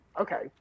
okay